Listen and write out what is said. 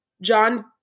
John